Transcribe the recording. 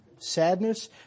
Sadness